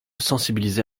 sensibiliser